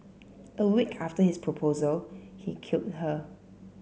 a week after his proposal he killed her